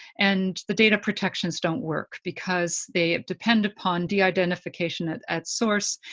and the data protections don't work because they depend upon deidentification at at source.